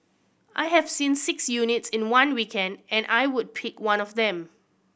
I have seen six units in one weekend and I would pick one of them